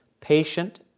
patient